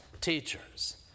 teachers